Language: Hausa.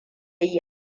yi